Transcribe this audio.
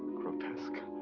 grotesque?